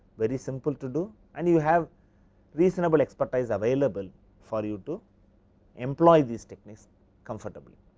very simple to do and you have reasonable expertise available for you to employ this techniques comfortable.